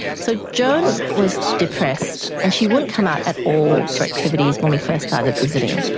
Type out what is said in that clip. so joan was depressed and she wouldn't come out at all for activities when we first started visiting,